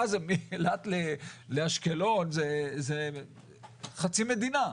מאילת לאשקלון זה חצי מדינה.